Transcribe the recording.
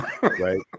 right